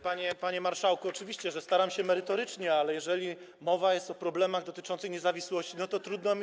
Panie marszałku, oczywiście, że staram się merytorycznie, ale jeżeli mowa jest o problemach dotyczących niezawisłości, to trudno mi.